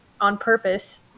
on-purpose